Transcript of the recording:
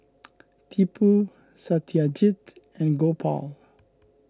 Tipu Satyajit and Gopal